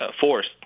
forced